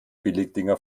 billigdinger